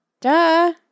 duh